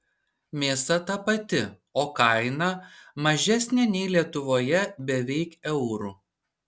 mėsa ta pati o kaina mažesnė nei lietuvoje beveik euru